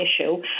issue